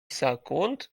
sekund